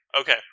Okay